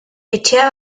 etxea